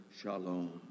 shalom